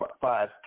five